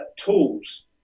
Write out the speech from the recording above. tools